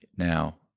Now